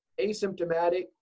asymptomatic